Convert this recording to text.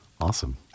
Awesome